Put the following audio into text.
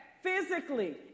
physically